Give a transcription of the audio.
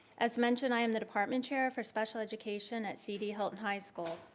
as mentioned, i am the department chair for special education at cd hilton high school.